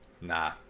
Nah